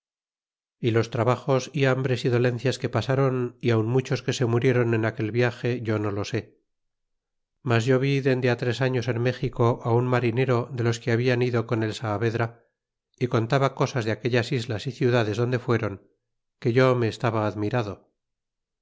y los trabajos y hambres y dolencias que pasáron y aun muchos que se muriéron en aquel viage yo no lo sé mas yo vi dende tres años en méxico á un marinero de los que hablan ido con el saavedra y contaba cosas de aquellas islas y ciudades donde fuéron que yo me estaba admirado